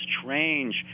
strange